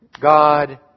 God